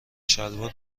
شلوار